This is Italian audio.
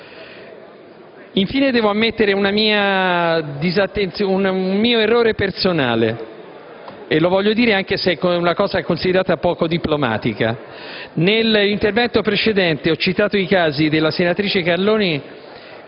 Infine, devo ammettere un mio errore personale, e lo voglio sottolineare, anche se si tratta di una cosa considerata poco diplomatica. Nell'intervento precedente ho citato i casi della senatrice Carloni